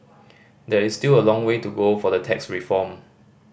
there is still a long way to go for the tax reform